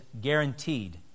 guaranteed